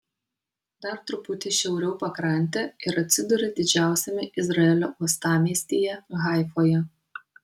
dar truputį šiauriau pakrante ir atsiduri didžiausiame izraelio uostamiestyje haifoje